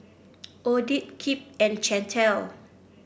Odette Kipp and Chantel